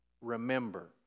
remember